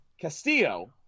Castillo